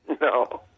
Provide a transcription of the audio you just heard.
No